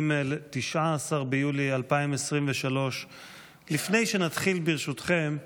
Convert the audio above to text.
2023. לפני שנתחיל, ברשותכם,